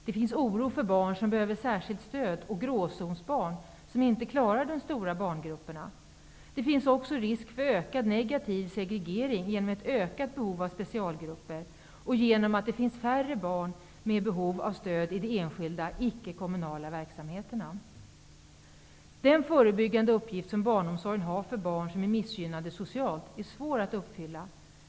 Det finns en oro för barn som behöver särskilt stöd och för gråzonsbarn som inte klarar de stora barngrupperna. Det finns också risk för ökad negativ segregering genom ett ökat behov av specialgrupper och genom att det finns färre barn med behov av stöd i de enskilda, icke-kommunala verksamheterna. Den förebyggande uppgift som barnomsorgen har för barn som är missgynnade socialt är svår att uppfylla.